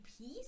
peace